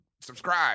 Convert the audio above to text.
Subscribe